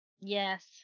yes